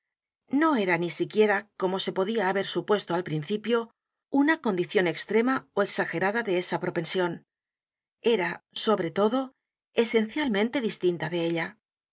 no era ni siquiera como se podía haber supuesto al principio una condición extrema ó exagerada de esa propensión era sobre todo esencialmente distinta de ella